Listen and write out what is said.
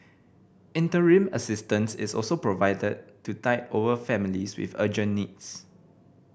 interim assistance is also provided to tide over families with urgent needs